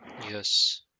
Yes